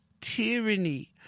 tyranny